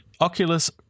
Oculus